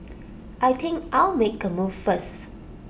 I think I'll make A move first